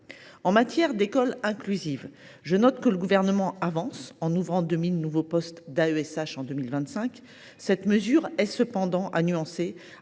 En matière d’école inclusive, je note que le Gouvernement avance, en ouvrant 2 000 nouveaux postes d’AESH en 2025. Cette mesure est cependant à mettre